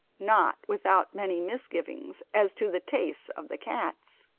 not without many misgivings as to the tastes of the cats,